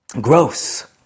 gross